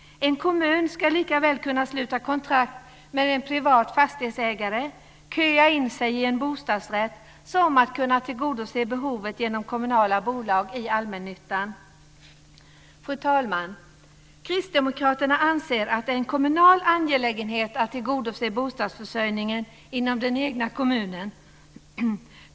En kommun ska kunna teckna kontrakt med en privat fastighetsägare eller köa in sig i en bostadsrätt likaväl som att tillgodose behovet genom kommunala bolag i allmännyttan. Fru talman! Kristdemokraterna anser att bostadsförsörjningen inom den egna kommunen är en kommunal angelägenhet.